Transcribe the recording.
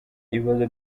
ibibazo